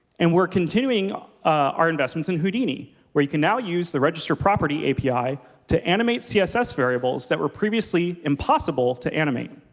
and we're continuing our investments in houdini, where you can now use the register property api to animate css variables that were previously impossible to animate.